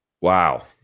Wow